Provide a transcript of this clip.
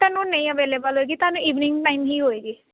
ਤੁਹਾਨੂੰ ਨਹੀਂ ਅਵੇਲੇਬਲ ਹੋਏਗੀ ਤੁਹਾਨੂੰ ਇਵਨਿੰਗ ਟਾਈਮ ਹੀ ਹੋਏਗੀ